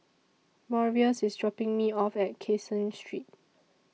Marius IS dropping Me off At Caseen Street